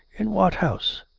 in what house?